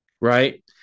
right